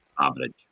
average